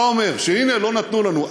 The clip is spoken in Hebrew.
הנה, לא נתנו לנו.